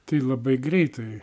tai labai greitai